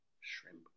Shrimp